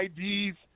IDs